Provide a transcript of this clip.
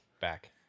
back